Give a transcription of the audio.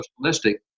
socialistic